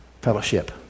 fellowship